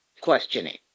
questioning